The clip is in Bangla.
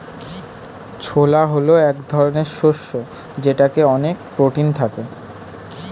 ছোলা হল এক ধরনের শস্য যেটাতে অনেক প্রোটিন থাকে